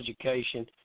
education